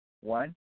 one